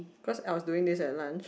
cause I was doing this at lunch